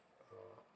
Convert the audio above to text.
oh